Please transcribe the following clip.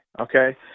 Okay